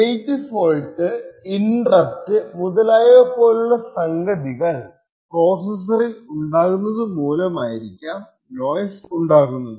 page fault interrupt മുതലായവ പോലുള്ള സംഗതികൾ പ്രോസെസ്സറിൽ ഉണ്ടാകുന്നതു മൂലമായിരിക്കാം നോയ്സ് ഉണ്ടാകുന്നത്